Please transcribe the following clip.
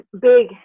big